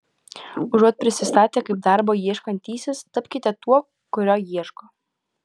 užuot prisistatę kaip darbo ieškantysis tapkite tuo kurio ieško